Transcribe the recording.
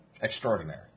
extraordinary